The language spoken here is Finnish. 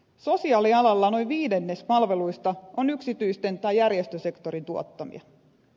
sosiaalialalla noin viidennes palveluista on yksityisten tai järjestösektorin tuottamia